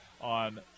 on